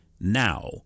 Now